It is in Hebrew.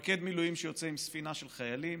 מפקד מילואים שיוצא עם ספינה של חיילים